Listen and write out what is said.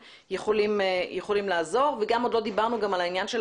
יכולים לעזור וגם עוד לא דיברנו על העניין של